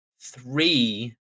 three